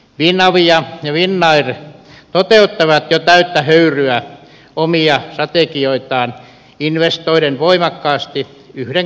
finavia ja finnair toteuttavat jo täyttä höyryä omia strategioitaan investoiden voimakkaasti yhden kortin varaan